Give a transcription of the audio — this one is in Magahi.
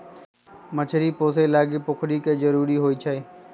मछरी पोशे लागी पोखरि के जरूरी होइ छै